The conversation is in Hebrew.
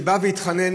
שבא והתחנן,